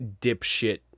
dipshit